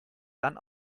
dann